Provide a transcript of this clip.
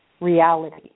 reality